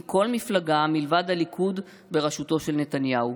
כל מפלגה מלבד הליכוד בראשותו של נתניהו.